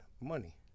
money